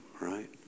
right